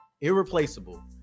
irreplaceable